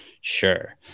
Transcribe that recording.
sure